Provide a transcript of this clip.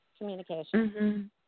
communication